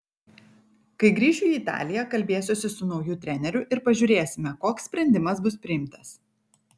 kai grįšiu į italiją kalbėsiuosi su nauju treneriu ir pažiūrėsime koks sprendimas bus priimtas